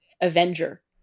Avenger